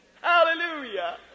Hallelujah